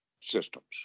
systems